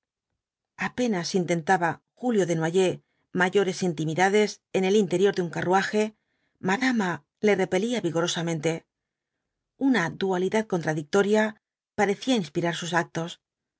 apocalipsis tentaba julio mayores intimidades en el interior de un carruaje madama le repelía vigorosamente una dualidad contradictoria parecía inspirar sus actos